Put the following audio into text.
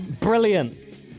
Brilliant